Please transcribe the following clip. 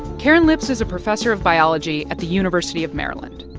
karen lips is a professor of biology at the university of maryland.